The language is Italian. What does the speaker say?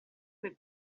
per